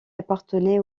appartenait